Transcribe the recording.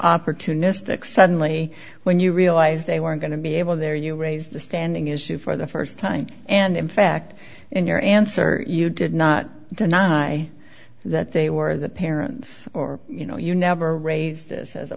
opportunities that suddenly when you realize they weren't going to be able there you raised the standing issue for the st time and in fact in your answer you did not deny that they were the parents or you know you never raised this as a